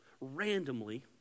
randomly